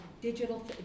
digital